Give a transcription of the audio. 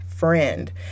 friend